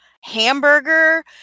hamburger